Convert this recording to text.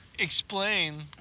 explain